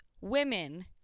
women